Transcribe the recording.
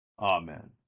Amen